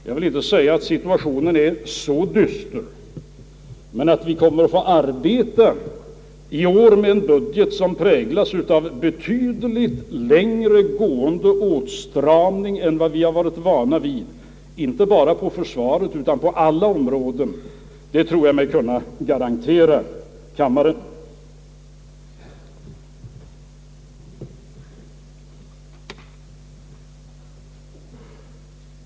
Jag vill inte säga att situationen är fullt så dyster, men vi måste i år arbeta med en budget för nästa år som präglas av betydligt längre gående åtstramning än vi har varit vana vid inte bara på försvarets utan på aiua områden, det tror jag mig kunna garantera kammaren.